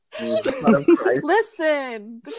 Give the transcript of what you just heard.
listen